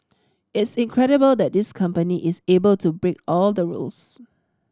it's incredible that this company is able to break all the rules